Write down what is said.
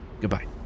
Goodbye